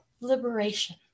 liberation